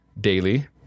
Daily